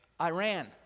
Iran